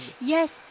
Yes